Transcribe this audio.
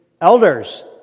elders